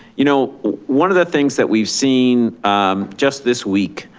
you know, one of the things that we've seen just this week,